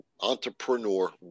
entrepreneur